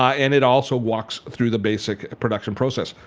ah and it also walks through the basic production process.